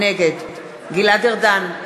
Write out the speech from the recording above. נגד גלעד ארדן,